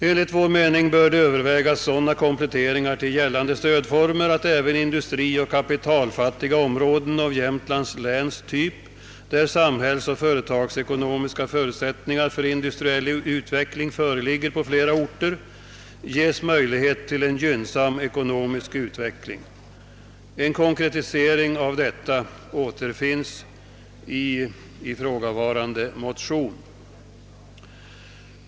Enligt vår mening bör det övervägas sådana kompletteringar till gällande stödformer att även industrioch kapitalfattiga områden av Jämtlands läns typ, där samhällsoch företagsekonomiska förutsättningar för industriell utveckling föreligger på flera orter, ges möjlighet till en gynnsam ekonomisk utveckling. En konkretisering av detta återfinns i ifrågavarande motionspar.